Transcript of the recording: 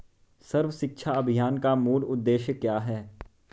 सर्व शिक्षा अभियान का मूल उद्देश्य क्या है?